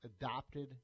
adopted –